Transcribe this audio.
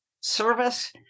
service